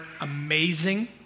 amazing